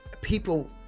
people